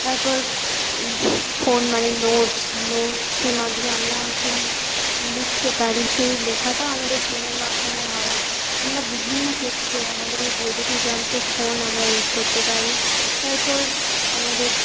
তারপর ফোন মানে নোটস নোটসের মাধ্যমে আমরা এখন লিখতে পারি সেই লেখাটাও আমাদের ফোনের মাধ্যমে হয় আমরা বিভিন্ন ক্ষেত্রে আমাদের এই বৈদ্যুতিক যন্ত্র ফোন আমরা ইউস করতে পারি তারপর আমাদের